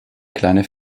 kleine